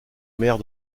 maire